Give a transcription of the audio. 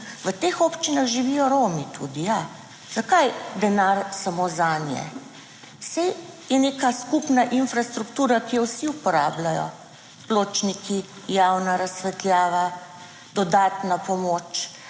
v teh občinah živijo Romi, tudi, ja. Zakaj denar samo zanje, saj je neka skupna infrastruktura, ki jo vsi uporabljajo, pločniki, javna razsvetljava. Dodatna pomoč